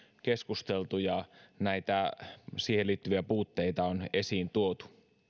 keskusteltu ja siihen liittyviä puutteita on esiin tuotu